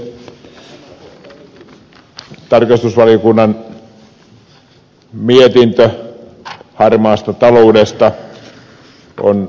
tarkastusvaliokunnan mietintö harmaasta taloudesta on ansiokas